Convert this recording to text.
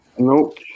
Nope